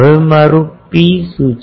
હવે મારું ρ શું છે